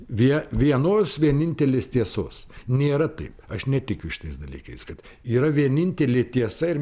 vie vienos vienintelės tiesos nėra taip aš netikiu šitais dalykais kad yra vienintelė tiesa ir